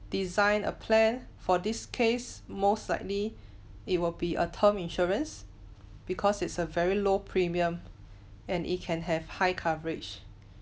designed a plan for this case most likely it will be a term insurance because it's a very low premium and it can have high coverage